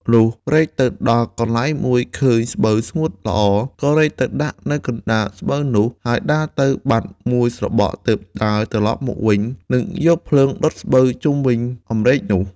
លុះរែកទៅដល់កន្លែងមួយឃើញស្បូវស្ងួតល្អ ក៏រែកទៅដាក់នៅកណ្តាលស្បូវនោះ ហើយដើរទៅបាត់មួយស្របក់ទើបដើរត្រឡប់មកវិញនិងយកភ្លើងដុតស្បូវជុំវិញអំរែកនោះ។